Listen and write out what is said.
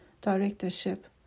directorship